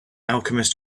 alchemist